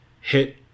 hit